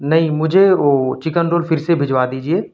نہیں مجھے چکن وہ رول پھر سے بھجوا دیجیے